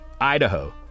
Idaho